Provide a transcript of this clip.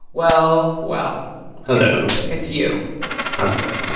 well, well hello it's you how's it going?